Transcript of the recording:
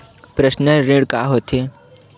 Personal ऋण का होथे?